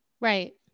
Right